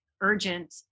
urgent